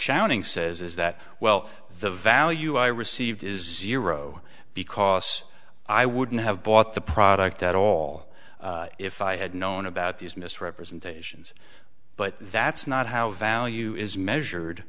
shouting says is that well the value i received is erode because i wouldn't have bought the product at all if i had known about these misrepresentations but that's not how value is measured